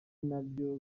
nabyo